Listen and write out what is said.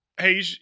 Hey